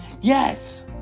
Yes